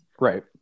right